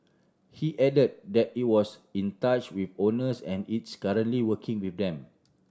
he added that it was in touch with owners and is currently working with them